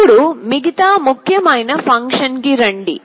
అప్పుడు మిగతా ముఖ్యమైన ఫంక్షన్ కి రండి